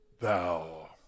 Thou